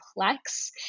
complex